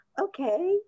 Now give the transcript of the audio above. okay